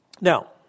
Now